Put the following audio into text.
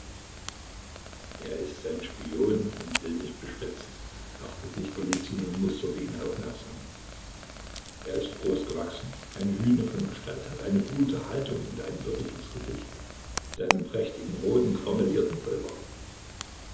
er ist ein spion und will mich beschwätzen dachte sich golizyn und musterte ihn aufmerksam er ist groß gewachsen ein hüne von gestalt hat eine gute haltung und ein würdiges gesicht mit einem prächtigen roten graumelierten vollbart